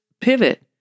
pivot